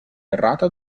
errata